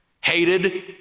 hated